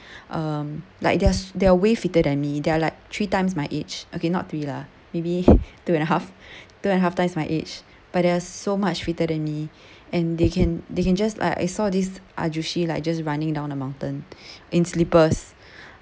um like they're they're way fitter than me they are like three times my age okay not three lah maybe two and a half two and a half times my age but they're so much fitter than me and they can they can just like I saw these are ahjussis like just running down a mountain in slippers